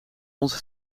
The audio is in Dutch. onze